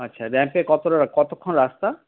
আচ্ছা ড্যামে কতটা কতক্ষণ রাস্তা